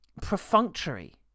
perfunctory